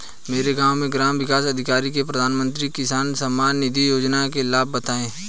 मेरे गांव में ग्राम विकास अधिकारी ने प्रधानमंत्री किसान सम्मान निधि योजना के लाभ बताएं